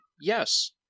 yes